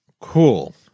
cool